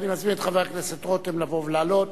אני מזמין את חבר הכנסת רותם לבוא ולעלות